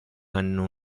hanno